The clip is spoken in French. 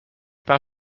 pain